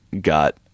got